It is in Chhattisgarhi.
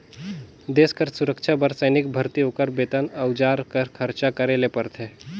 देस कर सुरक्छा बर सैनिक भरती, ओकर बेतन, अउजार कर खरचा करे ले परथे